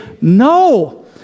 no